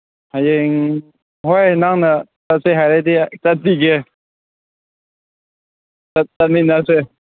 ꯍꯌꯦꯡ ꯍꯣꯏ ꯅꯪꯅ ꯆꯠꯁꯦ ꯍꯥꯏꯔꯗꯤ ꯆꯠꯄꯤꯒꯦ ꯆꯠꯃꯤꯟꯅꯁꯦ